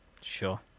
Sure